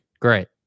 Great